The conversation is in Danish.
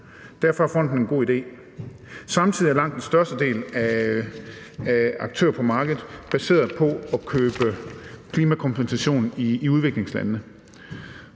Derfor er fonden en god idé. Samtidig er langt størstedelen af aktørerne på markedet baseret på at købe klimakompensation i udviklingslandene,